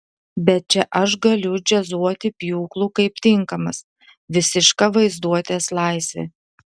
bet čia aš galiu džiazuoti pjūklu kaip tinkamas visiška vaizduotės laisvė